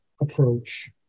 approach